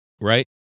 Right